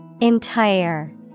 Entire